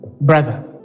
Brother